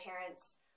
parents